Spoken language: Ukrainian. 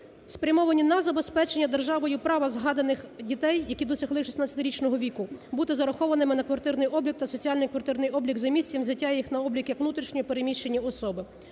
спрямовані на забезпечення державою права згаданих дітей, які досягли шістнадцятирічного віку, бути зарахованими на квартирний облік та соціальний квартирний облік за місцем взяття їх на облік як внутрішньо переміщені особи.